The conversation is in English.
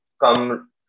come